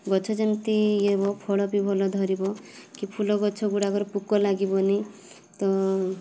ଗଛ ଯେମିତି ଇଏ ଫଳ ବି ଭଲ ଧରିବ କି ଫୁଲଗଛଗୁଡ଼ାକର ପୋକ ଲାଗିବନି ତ